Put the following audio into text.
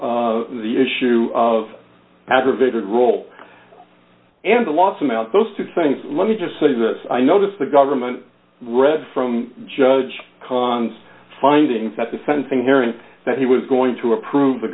to the issue of aggravated role and the last i'm out those two things let me just say this i noticed the government read from judge khan's findings at the sentencing hearing that he was going to approve the